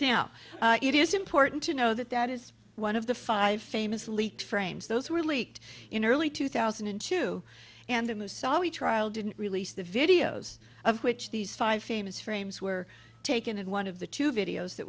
now it is important to know that that is one of the five famous leaks frames those were leaked in early two thousand and two and a mousavi trial didn't release the videos of which these five famous frames were taken in one of the two videos that